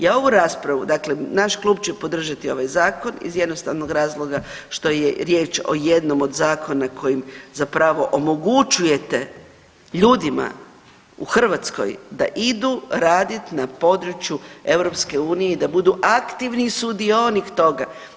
Ja ovu raspravu dakle naš klub će podržati ovaj zakon iz jednostavnog razloga što je riječ o jednom od zakona kojim zapravo omogućujete ljudima u Hrvatskoj da idu radit na području EU i da budu aktivni sudionik toga.